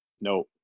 No